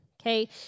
okay